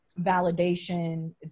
validation